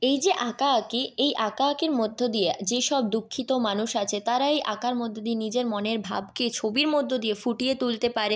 এই যে আঁকাআঁকি এই আঁকাআঁকির মধ্য দিয়ে যেসব দুঃখিত মানুষ আছে তারা এই আঁকার মধ্যে দিয়ে নিজের মনের ভাবকে ছবির মধ্য দিয়ে ফুটিয়ে তুলতে পারে